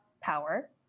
power